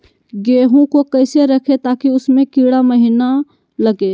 गेंहू को कैसे रखे ताकि उसमे कीड़ा महिना लगे?